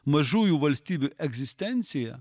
mažųjų valstybių egzistencija